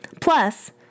Plus